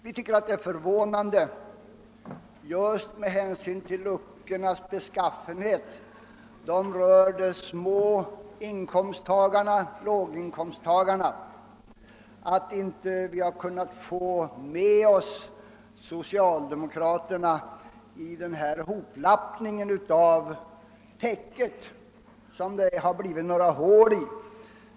Vi tycker att det är förvånande just med hänsyn till luckornas beskaffenhet — de rör låginkomsttagarna — att vi inte har kunnat få med oss socialdemokraterna i vår hoplappning av täcket, som det blivit några hål i.